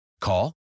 Call